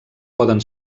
poden